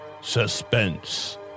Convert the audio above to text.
suspense